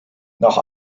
nach